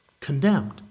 condemned